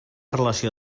relació